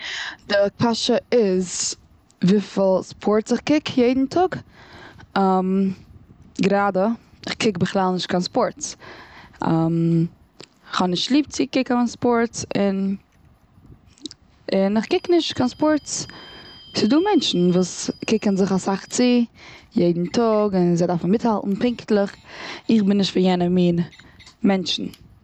די קשיא איז, וויפיל ספארטס איך קוק יעדן טאג? גראדע, כ'קוק בכלל נישט קיין ספארטס. כ'האב נישט ליב צו קוקן ספארטס. און, און כ'קוק נישט קיין ספארטס. ס'דא מענטשן וואס קוקן זיך אסאך צו, יעדן טאג, און זיי דארפן מיטהאלטן פונקטליך. איך בין נישט פון יענע מין מענטשן.